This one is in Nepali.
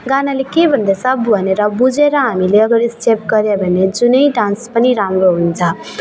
गानाले के भन्दैछ भनेर बुझेर हामीले अब रिसिभ गऱ्यो भने जुनै डान्स पनि राम्रो हुन्छ